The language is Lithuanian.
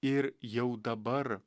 ir jau dabar